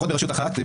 לפחות ברשות אחת,